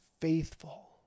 faithful